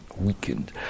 weakened